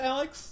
Alex